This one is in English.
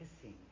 kissing